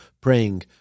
praying